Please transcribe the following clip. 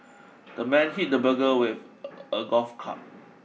the man hit the burglar with a golf club